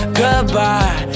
goodbye